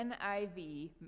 NIV